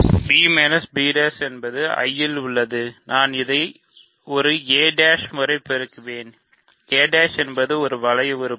b b என்பது I இல் உள்ளதுநான் இதை ஒரு a' முறை பெருக்குவேன் a' என்பது ஒரு வளைய உறுப்பு